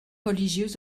religieux